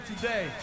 today